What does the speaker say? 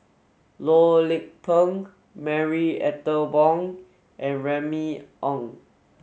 Loh Lik Peng Marie Ethel Bong and Remy Ong